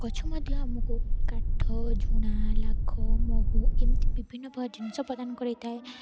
ଗଛ ମଧ୍ୟ ଆମକୁ କାଠ ଝୁଣା ଲାଖ ମହୁ ଏମିତି ବିଭିନ୍ନ ପ୍ରକାର ଜିନିଷ ପ୍ରଦାନ କରିଥାଏ